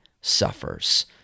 suffers